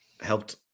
helped